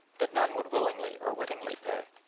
that none would willingly or wittingly pay.